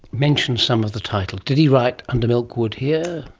mention some of the titles. did he write under milk wood here?